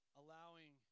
allowing